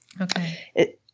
Okay